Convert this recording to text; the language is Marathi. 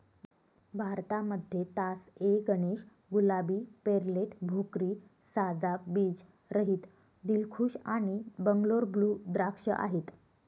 भारतामध्ये तास ए गणेश, गुलाबी, पेर्लेट, भोकरी, साजा, बीज रहित, दिलखुश आणि बंगलोर ब्लू द्राक्ष आहेत